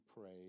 pray